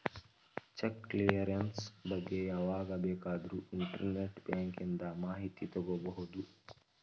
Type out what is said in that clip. check clearance ಬಗ್ಗೆ ಯಾವಾಗ ಬೇಕಾದರೂ ಇಂಟರ್ನೆಟ್ ಬ್ಯಾಂಕಿಂದ ಮಾಹಿತಿ ತಗೋಬಹುದು